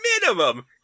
minimum